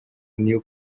new